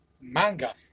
Manga